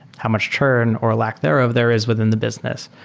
how much return or a lack thereof there is within the business?